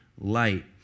light